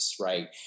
right